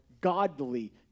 godly